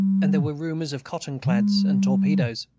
and there were rumors of cotton-clads and torpedoes.